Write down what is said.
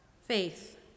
faith